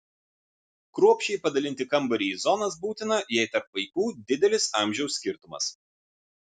kruopščiai padalinti kambarį į zonas būtina jei tarp vaikų didelis amžiaus skirtumas